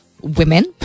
women